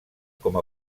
com